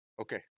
Okay